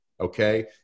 Okay